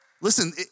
listen